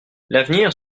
l’avenir